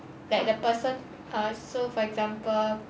like the person ah so for example